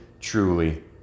truly